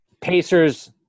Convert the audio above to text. Pacers –